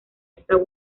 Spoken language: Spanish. estas